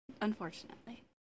Unfortunately